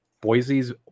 Boise's